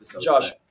Josh